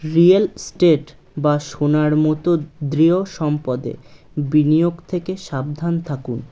real estate বা সোনার মতো দৃঢ় সম্পদে বিনিয়োগ থেকে সাবধান থাকুন